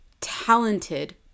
talented